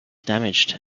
damaged